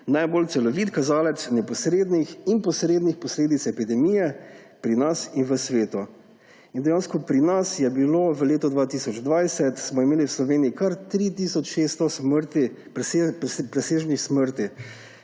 najbolj celovit kazalec neposrednih in posrednih posledic epidemije pri nas in v svetu. Pri nas je bilo v letu 2020 kar 3 tisoč 600 presežnih smrti